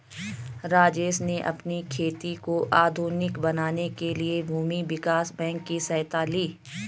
राजेश ने अपनी खेती को आधुनिक बनाने के लिए भूमि विकास बैंक की सहायता ली